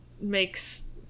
makes